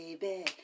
baby